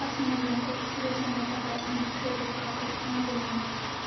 personal loan खौ जुरिजेननो थाखाय आंनि क्रेडिट कार्ड खौ नायगोन नामा